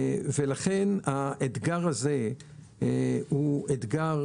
ולכן האתגר הזה הוא אתגר